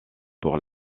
pour